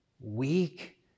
weak